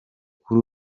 kuri